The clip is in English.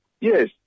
Yes